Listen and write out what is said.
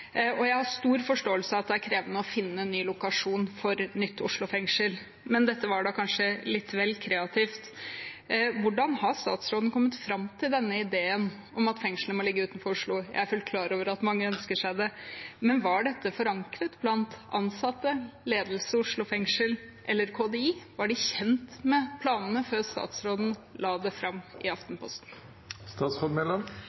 og jeg har stor forståelse for at det er krevende å finne ny lokasjon for et nytt Oslo fengsel, men dette var kanskje litt vel kreativt. Hvordan har statsråden kommet fram til denne ideen om at fengselet må ligge utenfor Oslo? Jeg er fullt klar over at mange ønsker seg det, men var dette forankret blant ansatte og ledelse ved Oslo fengsel eller hos KDI? Var de kjent med planene før statsråden la dem fram i